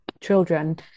children